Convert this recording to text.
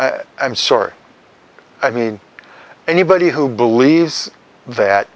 i'm sorry i mean anybody who believes that